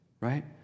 Right